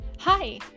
Hi